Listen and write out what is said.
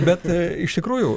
bet iš tikrųjų